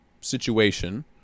situation